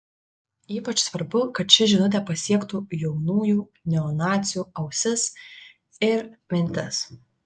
ypač svarbu kad ši žinutė pasiektų jaunųjų neonacių ausis ir mintis